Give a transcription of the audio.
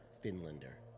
finlander